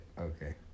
Okay